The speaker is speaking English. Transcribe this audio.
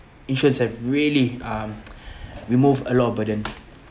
insurance have really um remove a lot of burdenq